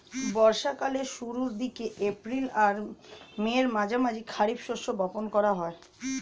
বর্ষা কালের শুরুর দিকে, এপ্রিল আর মের মাঝামাঝি খারিফ শস্য বপন করা হয়